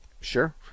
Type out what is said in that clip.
Sure